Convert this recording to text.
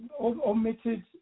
Omitted